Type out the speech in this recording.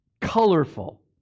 colorful